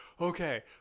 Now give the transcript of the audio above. okay